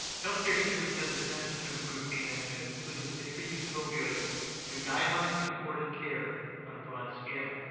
healthcare systems have the potential to improve pain management, including safer use of opioids through guideline-concordant care on a broad scale.